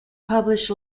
published